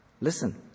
Listen